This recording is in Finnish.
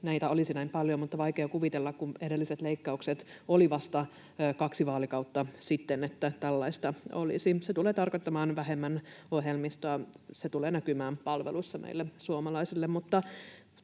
näitä olisi näin paljon, mutta vaikea kuvitella, että tällaista olisi, kun edelliset leikkaukset olivat vasta kaksi vaalikautta sitten. Se tulee tarkoittamaan vähemmän ohjelmistoa. Se tulee näkymään palveluissa meille suomalaisille.